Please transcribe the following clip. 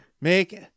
make